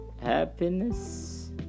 Happiness